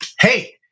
Hey